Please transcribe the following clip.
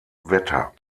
wetter